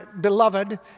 beloved